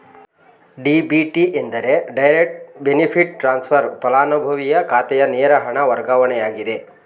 DBT ಎಂದರೆ direct benefit transfer, ಪಲಾನುಭವಿಯ ಖಾತೆಗೆ ನೇರ ಹಣ ವರ್ಗಾವಣೆಯಾಗಿದೆ